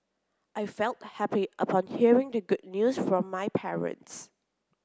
I felt happy upon hearing the good news from my parents